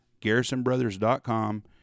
garrisonbrothers.com